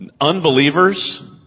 unbelievers